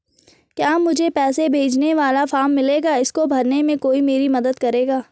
क्या मुझे पैसे भेजने वाला फॉर्म मिलेगा इसको भरने में कोई मेरी मदद करेगा?